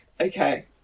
Okay